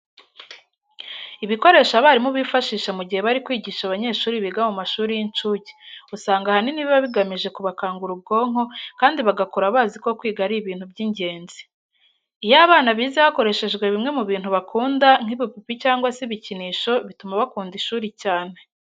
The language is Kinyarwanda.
Ibikoresho abarimu bifashisha mu gihe bari kwigisha abanyeshuri biga mu mashuri y'incuke, usanga ahanini biba bigamije kubakangura ubwonko kandi bagakura bazi ko kwiga ari ibintu by'ingenzi. Iyo abana bize hakoreshejwe bimwe mu bintu bakunda nk'ibipupe cyangwa se ibikinisho bituma bakunda ishuri cyane.